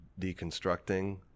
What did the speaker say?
deconstructing